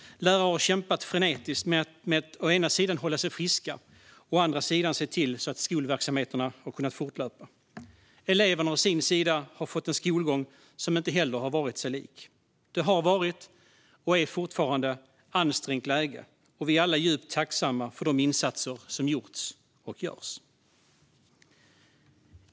Lärare har kämpat frenetiskt med att å ena sidan hålla sig friska, å andra sidan se till att skolverksamheterna har kunnat fortlöpa. Eleverna å sin sida har fått en skolgång som inte heller har varit sig lik. Det har varit, och är fortfarande, ett ansträngt läge, och vi är alla djupt tacksamma för de insatser som gjorts och görs.